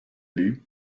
but